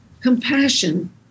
compassion